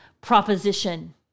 proposition